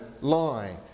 lie